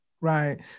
Right